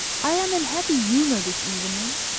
i am in happy humor this evening,